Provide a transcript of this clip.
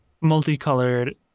multicolored